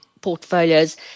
portfolios